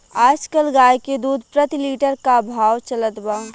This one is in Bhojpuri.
आज कल गाय के दूध प्रति लीटर का भाव चलत बा?